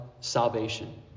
salvation